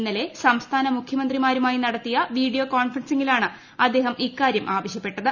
ഇന്നലെ സംസ്ഥാന മുഖ്യമന്ത്രിമാരുമായി നടത്തിയ വീഡിയോ കോൺഫറൻസിംഗിലാണ് അദ്ദേഹം ഇക്കാര്യം ആവശ്യപ്പെട്ടത്